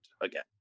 again